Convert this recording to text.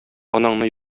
анаңны